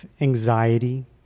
anxiety